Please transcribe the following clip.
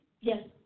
Yes